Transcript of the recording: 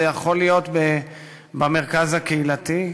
זה יכול להיות במרכז הקהילתי.